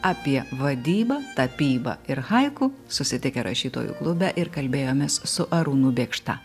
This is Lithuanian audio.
apie vadybą tapybą ir haiku susitikę rašytojų klube ir kalbėjomės su arūnu bėkšta